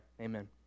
amen